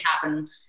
happen